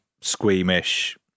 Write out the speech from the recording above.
squeamish